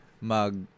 mag